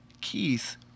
Keith